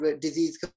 disease